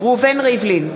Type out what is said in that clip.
ראובן ריבלין,